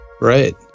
Right